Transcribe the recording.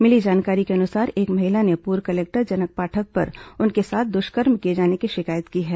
मिली जानकारी के अनुसार एक महिला ने पूर्व कलेक्टर जनक पाठक पर उसके साथ द्ष्कर्म किए जाने की शिकायत की है